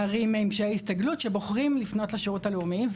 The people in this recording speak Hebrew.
נערים עם קשיי הסתגלות שבוחרים לפנות לשירות הלאומי,